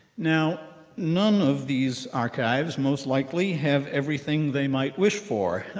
now, none of these archives, most likely, have everything they might wish for,